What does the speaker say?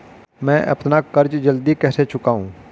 मैं अपना कर्ज जल्दी कैसे चुकाऊं?